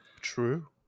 true